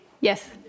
Yes